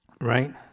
Right